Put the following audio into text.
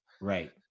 Right